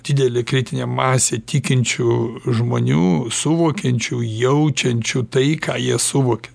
didelė kritinė masė tikinčių žmonių suvokiančių jaučiančių tai ką jie suvokia